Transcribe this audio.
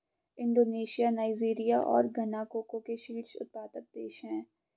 Indonesia Nigeria और Ghana cocoa के शीर्ष उत्पादक देश हैं